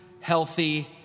healthy